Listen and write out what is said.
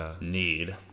need